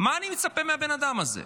מה אני מצפה מהבן אדם הזה?